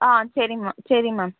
ஆ சரிமா சரி மேம்